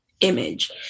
image